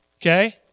Okay